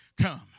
Come